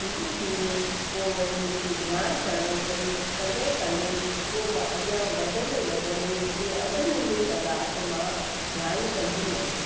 धीरे धीरे पोइ वरी मूंखे ध्यानु कंदे कंदे कंदे पोइ मां अॻियां वधंदे वधंदे ईअं अधु मुनो कलाक मां ध्यानु कंदी हुअसि